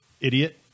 idiot